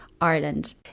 Ireland